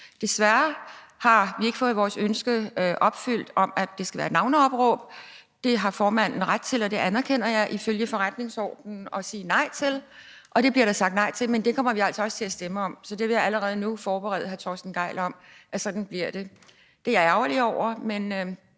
Desværre har vi ikke fået vores ønske opfyldt om, at det skal være ved navneopråb. Det har formanden ifølge forretningsordenen ret til – og det anerkender jeg – at sige nej til. Og det bliver der sagt nej til, men det kommer vi altså også til at stemme om. Så der vil jeg allerede nu forberede hr. Torsten Gejl på, at sådan bliver det. Det er jeg ærgerlig over, men